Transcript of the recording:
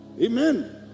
Amen